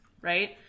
right